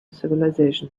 civilization